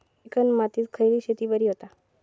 Chicken मातीत खयली शेती बरी होता?